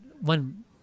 one